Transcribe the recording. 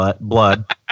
Blood